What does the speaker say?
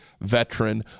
veteran